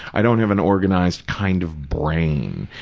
i don't have an organized kind of brain.